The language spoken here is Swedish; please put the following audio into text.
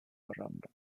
varandra